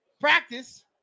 Practice